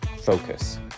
focus